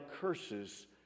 curses